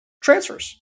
transfers